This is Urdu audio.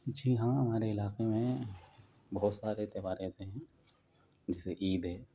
جی ہاں ہمارے علاقے میں بہت سارے تہوار ایسے ہیں جیسے عید ہے